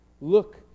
Look